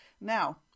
Now